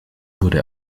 wurde